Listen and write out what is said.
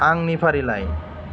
आंनि फारिलाइ